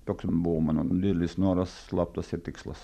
toks buvo mano didelis noras slaptas ir tikslas